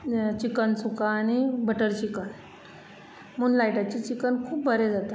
ने चिकन सुका आनी बटर चिकन मून लायटाचें चिकन खूब बरें जाता